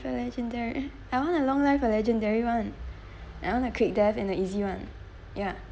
the legendar~ I want a long life or legendary [one] I want uh quick death and easy [one] ya